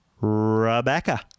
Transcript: Rebecca